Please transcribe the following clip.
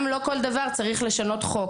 לא כל דבר צריך לשנות ברמת החוק.